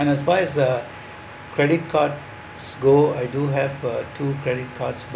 and as far as uh credit card's goal I do have a two credit cards by